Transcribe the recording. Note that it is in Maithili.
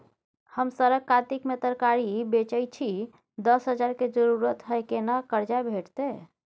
हम सरक कातिक में तरकारी बेचै छी, दस हजार के जरूरत हय केना कर्जा भेटतै?